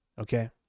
okay